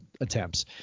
Attempts